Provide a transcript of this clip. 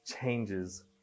changes